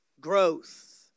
Growth